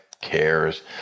cares